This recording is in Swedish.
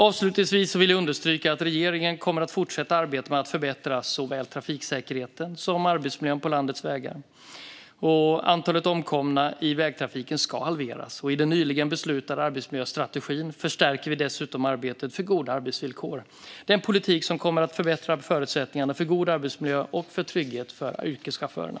Avslutningsvis vill jag understryka att regeringen kommer att fortsätta arbeta med att förbättra såväl trafiksäkerheten som arbetsmiljön på landets vägar. Antalet omkomna i vägtrafiken ska halveras. I den nyligen beslutade arbetsmiljöstrategin förstärker vi dessutom arbetet för goda arbetsvillkor. Det är en politik som kommer att förbättra förutsättningarna för god arbetsmiljö och trygghet för yrkeschaufförerna.